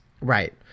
Right